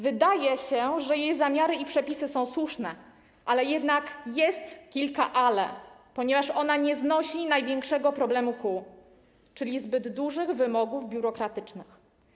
Wydaję się, że jej zamiary i przepisy są słuszne, ale jednak jest kilka „ale”, ponieważ ona nie znosi największego problemu kół, czyli zbyt dużych wymogów biurokratycznych.